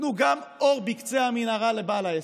תיתנו גם אור בקצה המנהרה לבעל העסק,